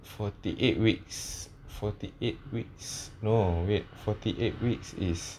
forty eight weeks forty eight weeks no wait forty eight weeks is